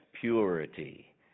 purity